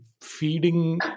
feeding